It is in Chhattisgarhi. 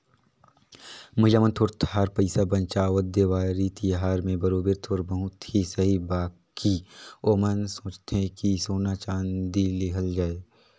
महिला मन थोर थार पइसा बंचावत, देवारी तिहार में बरोबेर थोर बहुत ही सही बकि ओमन सोंचथें कि सोना चाँदी लेहल जाए